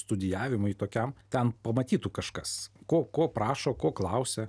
studijavimui tokiam ten pamatytų kažkas ko ko prašo ko klausia